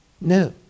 No